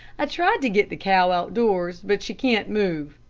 i tried to get the cow out-doors, but she can't move.